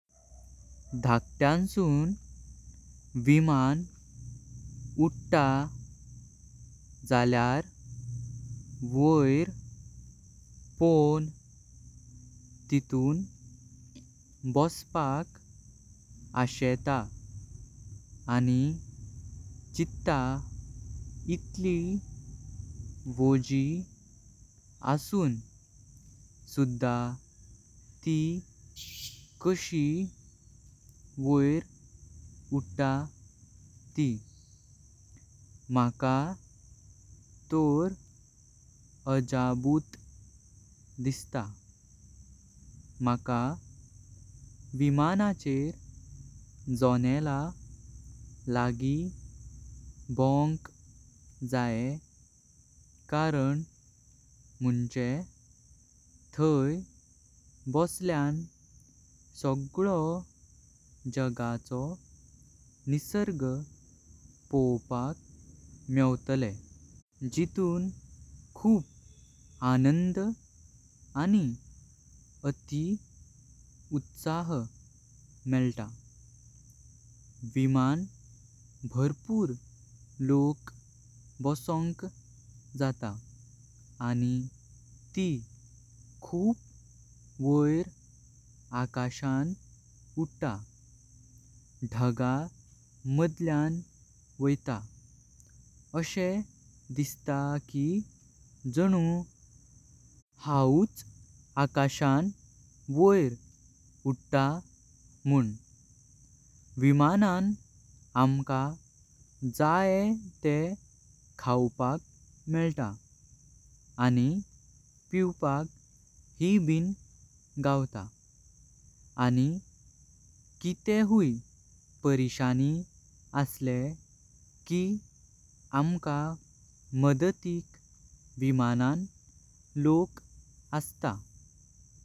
धाकयांसून आता पर्वत विमान उटा झाल्यार वयर पोवण तितून बॉस्पाक असता। आणि चित्त इतली वो जी असून सुद्धा ती कशी वय उटा ती मका तोर अजूबतु दिसता। मका विमानाचेर जाणेला लागी बॉवांक जायें कारण मञ्जे थय बस्ल्यां सगला जगाचो। निसर्ग पोवपाक मेव्तलें जितून खूप आनंद आणि अती उत्साह मेलता। विमानान भरपूर लोक बसंक जाता आणि ती खूप वयर आकाशान उडता। धागा मध्यां वोइता असे दिसता की जानू हाच आकाशान वयर उडता मून। विमानान अहमका जायें तेह खावपाक मेलता आणि पीवपाक ही बिन गावता। आणि कितेह हुयि परेशानी असले की अहमका मदतिक विमानान लोक असता।